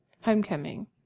homecoming